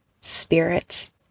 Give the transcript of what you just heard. spirits